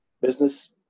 business